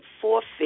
forfeit